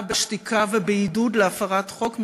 בשתיקה ובעידוד להפרת חוק,